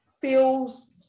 feels